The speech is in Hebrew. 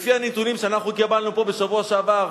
לפי הנתונים שאנחנו קיבלנו פה בשבוע שעבר,